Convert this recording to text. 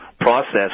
process